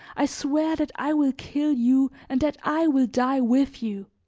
i swear that i will kill you and that i will die with you.